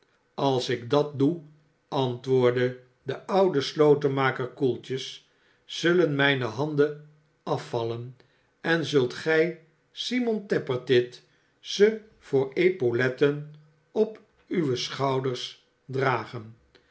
als ik dat doe antwoordde de oude slotenmaker koeltjes szullen mijne handen afvallen en zult gij simon tappertit ze voor epauletten op uwe schouders dragen